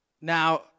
Now